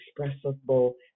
expressible